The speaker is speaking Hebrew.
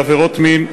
לעבירות מין,